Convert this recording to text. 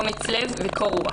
אומץ לב וקור רוח.